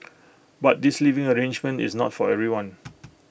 but this living arrangement is not for everyone